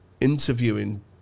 interviewing